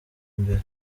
imbere